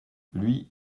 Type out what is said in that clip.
lui